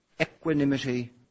equanimity